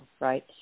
right